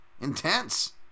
Intense